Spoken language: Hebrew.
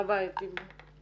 מה בעייתי בו?